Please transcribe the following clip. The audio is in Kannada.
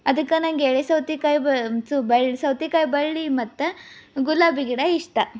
ಅದಕ್ಕೆ ನನಗ್ ಎಳೆ ಸೌತೆಕಾಯಿ ಬಳ ಸೌತೆಕಾಯಿ ಬಳ್ಳಿ ಮತ್ತು ಗುಲಾಬಿ ಗಿಡ ಇಷ್ಟ